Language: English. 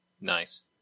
Nice